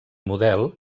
model